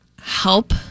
help